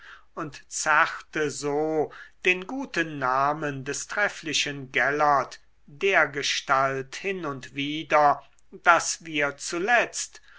und zerrte so den guten namen des trefflichen gellert dergestalt hin und wider daß wir zuletzt